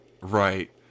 Right